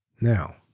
Now